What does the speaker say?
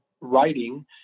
writing